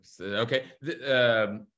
Okay